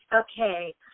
Okay